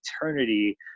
eternity